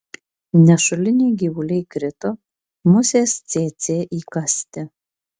nešuliniai gyvuliai krito musės cėcė įkąsti